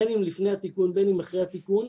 בין אם לפני התיקון ובין אם אחרי התיקון,